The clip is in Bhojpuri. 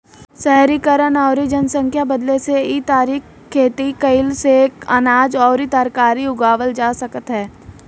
शहरीकरण अउरी जनसंख्या बढ़ला से इ तरीका से खेती कईला से अनाज अउरी तरकारी उगावल जा सकत ह